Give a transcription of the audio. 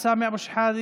חבר הכנסת סמי אבו שחאדה,